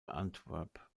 antwerp